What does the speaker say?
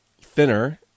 thinner